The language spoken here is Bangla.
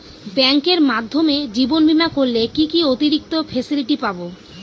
ব্যাংকের মাধ্যমে জীবন বীমা করলে কি কি অতিরিক্ত ফেসিলিটি পাব?